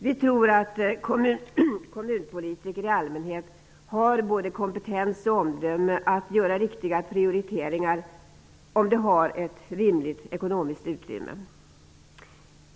Vi tror att kommunpolitiker i allmänhet har både kompetens och omdöme att göra riktiga prioriteringar, om de ges ett rimligt ekonomiskt utrymme.